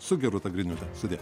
su gerūta griniūte sudie